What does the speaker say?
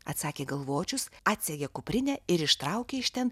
atsakė galvočius atsegė kuprinę ir ištraukė iš ten